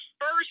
first